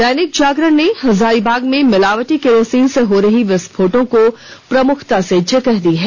दैनिक जागरण ने हजारीबाग में मिलावटी केरोसिन से हो रही विस्फोटों को प्रमुखता से जगह दी है